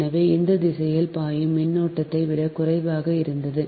எனவே இந்த திசையில் பாயும் மின்னோட்டத்தை விட குறைவாக இருந்தது